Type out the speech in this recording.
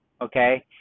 Okay